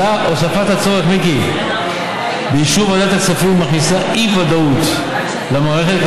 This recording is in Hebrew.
הוספת הצורך באישור ועדת הכספים מכניסה אי-ודאות למערכת.